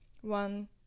one